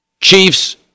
Chiefs